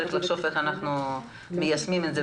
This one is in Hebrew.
צריך לחשוב איך אנחנו מיישמים את זה,